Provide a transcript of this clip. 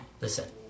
Listen